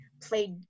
played